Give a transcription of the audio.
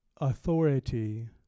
authority